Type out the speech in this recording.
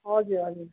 हजुर हजुर